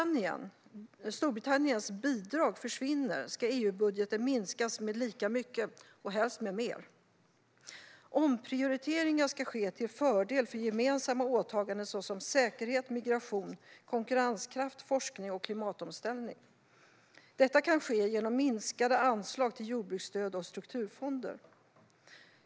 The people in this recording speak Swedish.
När Storbritanniens bidrag försvinner ska EU-budgeten minskas med lika mycket eller helst med mer. Omprioriteringar ska ske till fördel för gemensamma åtaganden som säkerhet, migration, konkurrenskraft, forskning och klimatomställning. Detta kan ske genom minskade anslag till jordbruksstöd och strukturfonder.